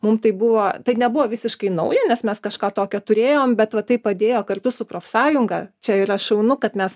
mum tai buvo tai nebuvo visiškai nauja nes mes kažką tokio turėjom bet va tai padėjo kartu su profsąjunga čia yra šaunu kad mes